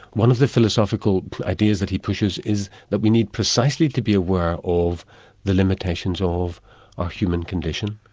one of the philosophical ideas that he pushes is that we need precisely to be aware of the limitations of our human condition.